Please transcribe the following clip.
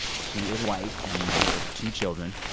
she is white and the mother of two children.